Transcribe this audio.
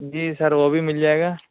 جی sir وہ بھی مل جائے گا